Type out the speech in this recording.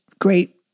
great